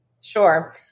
Sure